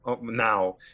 now